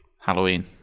Halloween